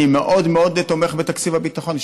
אני מאוד מאוד תומך בתקציב הביטחון,